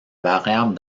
variable